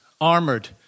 armored